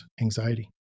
anxiety